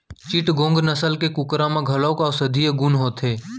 चिटगोंग नसल के कुकरा म घलौ औसधीय गुन होथे